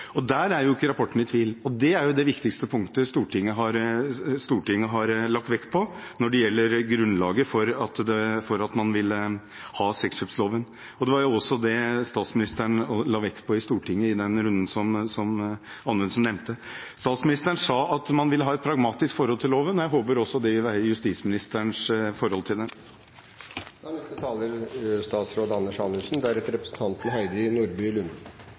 viktigste punktet Stortinget har lagt vekt på når det gjelder grunnlaget for at man vil ha sexkjøpsloven. Det var også dette statsministeren la vekt på i Stortinget i den runden som statsråd Anundsen nevnte. Statsministeren sa at man ville ha et pragmatisk forhold til loven. Jeg håper det også vil være justisministerens forhold til dette. Jeg er